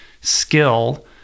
skill –